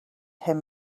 him